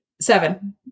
Seven